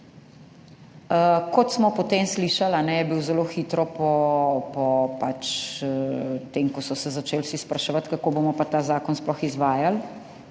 Kot smo potem slišali, je bil zelo hitro po tem, ko so se začeli vsi spraševati, kako bomo pa ta zakon sploh izvajali,